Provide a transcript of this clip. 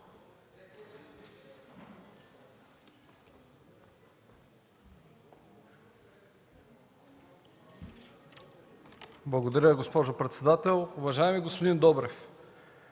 Благодаря, госпожо председател. Уважаеми господин Добрев,